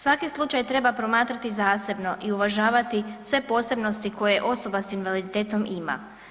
Svaki slučaj treba promatrati zasebno i uvažavati sve posebnosti koje osoba s invaliditetom ima.